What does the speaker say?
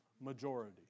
Majority